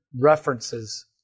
references